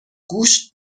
گوشت